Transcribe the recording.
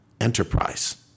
enterprise